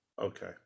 Okay